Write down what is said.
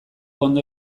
ondo